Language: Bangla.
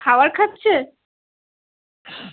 খাবার খাচ্ছে